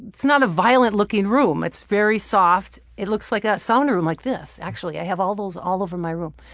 it's not a violent looking room, it's very soft. it looks like a sound room like this, actually. i have all those all over my room.